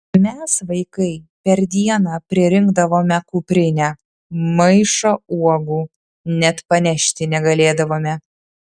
mes vaikai per dieną pririnkdavome kuprinę maišą uogų net panešti negalėdavome